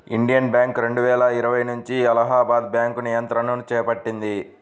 Indian Bank రెండువేల ఇరవై నుంచి అలహాబాద్ బ్యాంకు నియంత్రణను చేపట్టింది